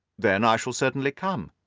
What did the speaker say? then i shall certainly come.